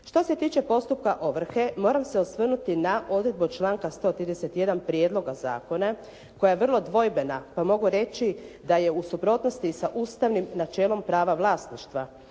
Što se tiče postupka ovrhe moram se osvrnuti na odredbu članka 131. prijedloga zakona koja je vrlo dvojbena pa mogu reći da je u suprotnosti sa ustavnim načelom prava vlasništva.